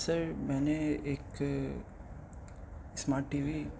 سر میں نے ایک اسمارٹ ٹی وی